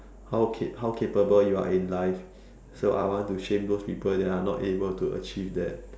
how can how capable you are in life so I want to shame those people that are not able to achieve that